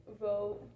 vote